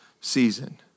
season